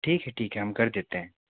ठीक है ठीक है हम कर देते हैं